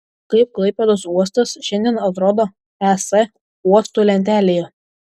kaip klaipėdos uostas šiandien atrodo es uostų lentelėje